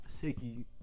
Shaky